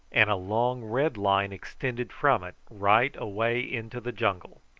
and a long red line extended from it right away into the jungle.